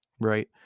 right